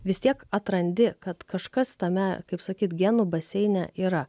vis tiek atrandi kad kažkas tame kaip sakyt genų baseine yra